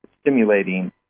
stimulating